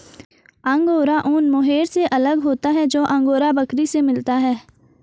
angora ऊन mohair से अलग होता है जो अंगोरा बकरी से मिलता है